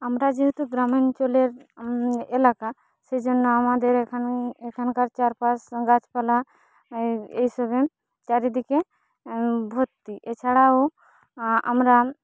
আমরা যেহেতু গ্রাম অঞ্চলের এলাকা সেই জন্য আমাদের এখানে এখানকার চারপাশের গাছপালা এই সবের চারিদিকে ভর্তি এছাড়াও আমরা